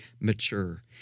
mature